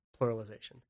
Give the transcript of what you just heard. pluralization